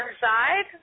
side